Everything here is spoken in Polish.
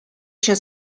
się